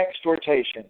exhortation